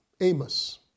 Amos